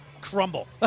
crumble